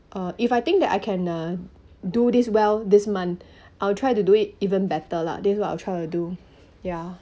uh if I think that I can uh do this well this month I'll try to do it even better lah that's what I'll try to do ya